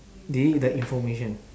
delete the information